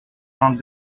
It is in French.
vingt